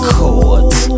Chords